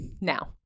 Now